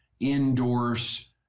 endorse